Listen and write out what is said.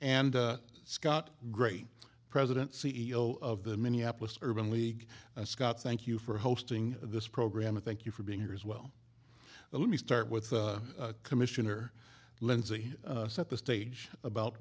and scott great president c e o of the minneapolis urban league scott thank you for hosting this program and thank you for being here as well but let me start with commissioner lindsay set the stage about